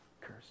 curse